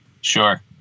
Sure